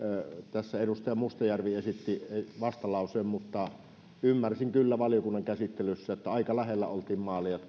tässä edustaja mustajärvi esitti vastalauseen mutta ymmärsin kyllä valiokunnan käsittelyssä että aika lähellä oltiin maalia